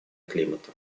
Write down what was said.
климата